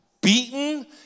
beaten